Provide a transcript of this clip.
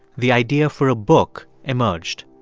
the idea for a book emerged,